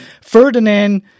Ferdinand